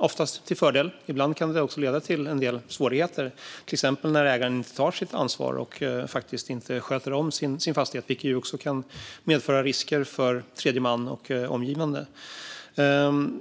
Ofta är det en fördel, men ibland kan det leda till en del svårigheter, till exempel när ägaren inte tar sitt ansvar och inte sköter om sin fastighet, vilket kan medföra risker för tredje man och omgivningen.